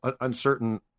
uncertain